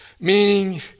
meaning